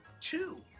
two